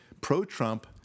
pro-Trump